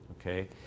okay